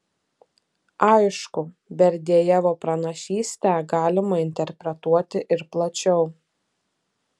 aišku berdiajevo pranašystę galima interpretuoti ir plačiau